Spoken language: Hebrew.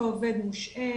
אותו עובד מושהה,